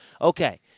Okay